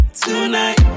tonight